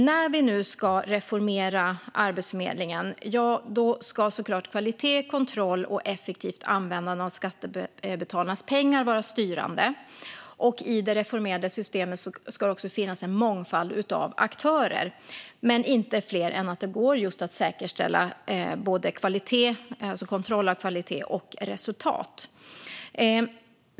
När vi nu ska reformera Arbetsförmedlingen ska såklart kvalitet, kontroll och effektivt användande av skattebetalarnas pengar vara styrande. I det reformerade systemet ska det också finnas en mångfald av aktörer men inte fler än att det går att säkerställa kontroll av kvalitet och resultat.